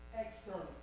external